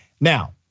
Now